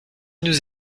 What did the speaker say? nous